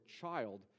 child